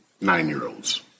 nine-year-olds